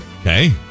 Okay